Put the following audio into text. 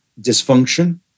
dysfunction